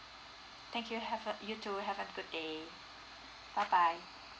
thank you have a you too have a good day bye bye